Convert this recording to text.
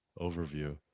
overview